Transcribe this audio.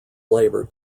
labor